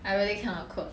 I really cannot code